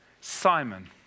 Simon